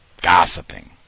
gossiping